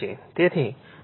તેથી ∅2 31